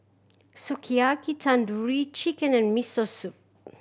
Sukiyaki Tandoori Chicken and Miso Soup